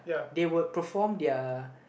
they would perform their